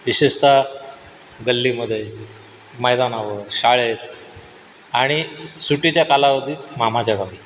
विशेषतः गल्लीमध्ये मैदानावर शाळेत आणि सुटीच्या कालावधीत मामाच्या गावी